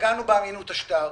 פגענו באמינות השטר,